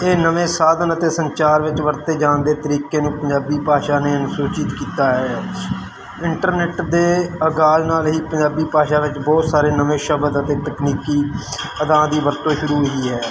ਇਹ ਨਵੇਂ ਸਾਧਨ ਅਤੇ ਸੰਚਾਰ ਵਿੱਚ ਵਰਤੇ ਜਾਣ ਦੇ ਤਰੀਕੇ ਨੂੰ ਪੰਜਾਬੀ ਭਾਸ਼ਾ ਨੇ ਅਨੁਸੂਚਿਤ ਕੀਤਾ ਹੈ ਇੰਟਰਨੈਟ ਦੇ ਅਗਾਲ ਨਾਲ ਹੀ ਪੰਜਾਬੀ ਭਾਸ਼ਾ ਵਿੱਚ ਬਹੁਤ ਸਾਰੇ ਨਵੇਂ ਸ਼ਬਦ ਅਤੇ ਤਕਨੀਕੀ ਅਦਾਂ ਦੀ ਵਰਤੋਂ ਸ਼ੁਰੂ ਹੋਈ ਹੈ